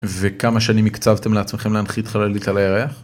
וכמה שנים הקצבתם לעצמכם להנחית חללית על הירח?